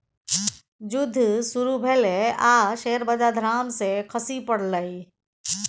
जुद्ध शुरू भेलै आ शेयर बजार धड़ाम सँ खसि पड़लै